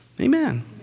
Amen